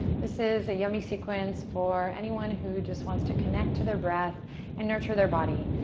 this is a yoga sequence for anyone who just wants to connect to their breath and nurture their body.